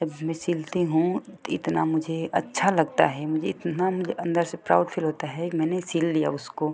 जब मैं सिलती हूँ तो इतना मुझे अच्छा लगता है मुझे इतना मुझे अंदर से प्राउड फ़ील होता है मैंने सिल लिया उसको